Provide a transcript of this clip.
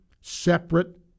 separate